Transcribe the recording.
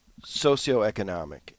socioeconomic